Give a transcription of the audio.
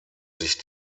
sich